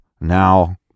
Now